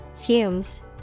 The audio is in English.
Fumes